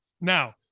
Now